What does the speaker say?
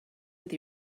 with